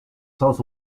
south